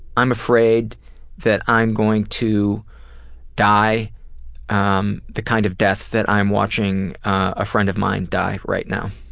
i'm afraid that i'm going to die um the kind of death that i'm watching a friend of mine die right now.